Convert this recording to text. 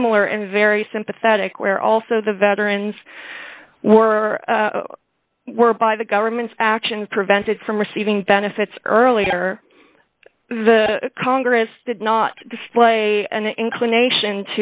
similar and very sympathetic where also the veterans were were by the government's actions prevented from receiving benefits earlier the congress did not display an inclination